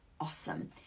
awesome